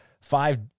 five